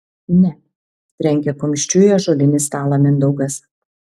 ne trenkė kumščiu į ąžuolinį stalą mindaugas